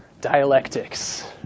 dialectics